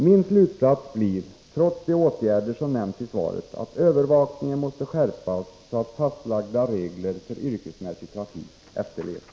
Min slutsats blir — trots de åtgärder som nämnts i svaret — att övervakningen måste skärpas, så att fastlagda regler för yrkesmässig trafik efterlevs.